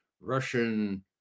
Russian